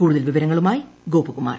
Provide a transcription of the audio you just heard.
കൂടുതൽ വിവരങ്ങളുമായി ഗോപകുമാർ